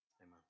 amen